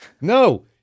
no